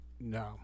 No